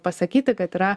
pasakyti kad yra